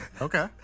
Okay